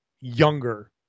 younger